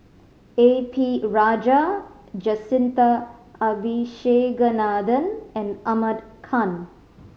A P Rajah Jacintha Abisheganaden and Ahmad Khan